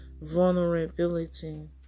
vulnerability